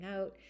out